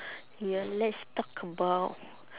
ya let's talk about